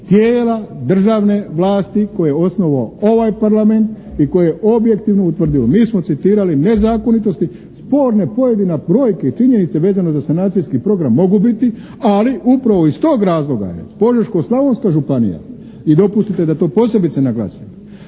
tijela državne vlasti koje je osnovao ovaj Parlament i koji je objektivno utvrdio, mi smo citirali nezakonitosti, sporna pojedine brojke i činjenice vezano za sanacijski program mogu biti, ali upravo iz tog razloga je Požeško-slavonska županija i dopustite da posebice naglasim,